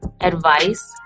advice